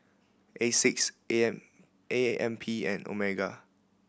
Asics A M A M P M Omega